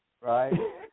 right